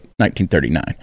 1939